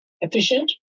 efficient